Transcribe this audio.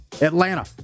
Atlanta